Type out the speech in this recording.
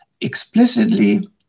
explicitly